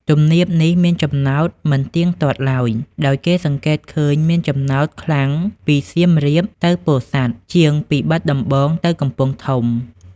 ទំនាបនេះមានចំណោតមិនទៀងទាត់ឡើយ ដោយគេសង្កេតឃើញមានចំណោតខ្លាំងពីសៀមរាបទៅពោធិ៍សាត់ ជាងពីបាត់ដំបងទៅកំពង់ធំ។